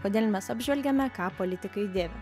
kodėl mes apžvelgiame ką politikai dėvi